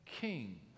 king